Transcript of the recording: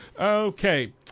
Okay